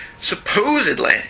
Supposedly